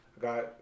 got